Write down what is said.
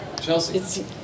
Chelsea